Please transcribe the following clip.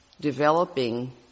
developing